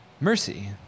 mercy